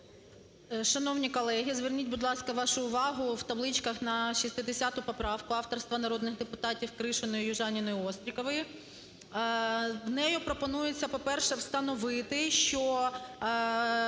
Шановні колеги, зверніть, будь ласка, вашу увагу в табличках на 60 поправку авторства народних депутатів Кришина, Южаніної і Острікової. Нею пропонується, по-перше, встановити, що